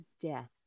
death